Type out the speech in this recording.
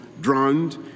drowned